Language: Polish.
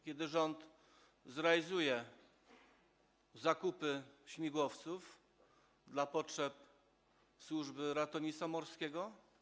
Kiedy rząd zrealizuje zakupy śmigłowców na potrzeby służby ratownictwa morskiego?